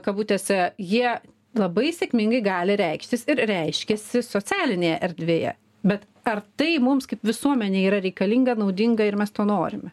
kabutėse jie labai sėkmingai gali reikštis ir reiškiasi socialinėje erdvėje bet ar tai mums kaip visuomenei yra reikalinga naudinga ir mes to norime